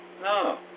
No